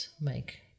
make